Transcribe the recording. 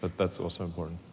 that's also important.